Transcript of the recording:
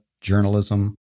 journalism